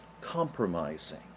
compromising